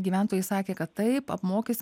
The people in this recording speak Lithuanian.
gyventojai sakė kad taip apmokys